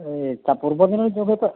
ଏ ତା ପୂର୍ବ ଦିନରେ ଦେବେ ତ